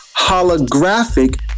holographic